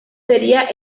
sería